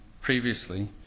previously